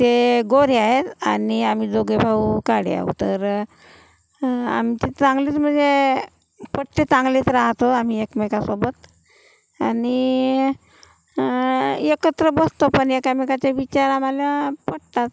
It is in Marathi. ते गोरे आहेत आणि आम्ही दोघे भाऊ काळे हाऊ तर आमची चांगलीच मंजे पटते चांगलेच राहतो आम्ही एकमेकासोबत आणि एकत्र बसतो पण एकामेकाचे विचार आम्हाला पटतात